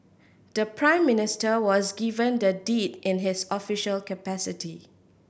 the Prime Minister was given the deed in his official capacity